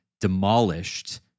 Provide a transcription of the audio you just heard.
demolished